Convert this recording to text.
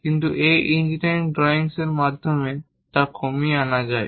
কিন্তু এই engineering drawing এর মাধ্যমে তা কমিয়ে আনা যায়